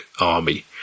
army